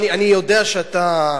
אני יודע שאתה,